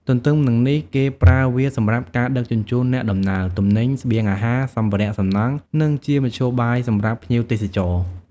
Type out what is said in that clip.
ទន្ទឹមនឹងនេះ គេប្រើវាសម្រាប់ការដឹកជញ្ជូនអ្នកដំណើរ ទំនិញ ស្បៀងអាហារ សម្ភារៈសំណង់ និងជាមធ្យោបាយសម្រាប់ភ្ញៀវទេសចរ។